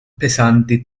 pesanti